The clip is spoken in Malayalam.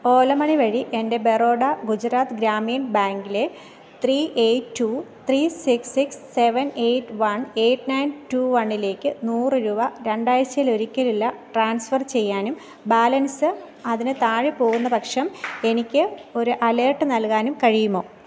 ഓല മണി വഴി എൻ്റെ ബറോഡ ഗുജറാത്ത് ഗ്രാമീൺ ബാങ്കിലെ three eight two three six six seven eight one eight nine two വണ്ണിലേക്ക് നൂറ് രൂപ രണ്ടാഴ്ചയിലൊരിക്കലുള്ള ട്രാൻസ്ഫർ ചെയ്യാനും ബാലൻസ് അതിന് താഴെ പോകുന്ന പക്ഷം എനിക്ക് ഒരു അലേർട്ട് നൽകാനും കഴിയുമോ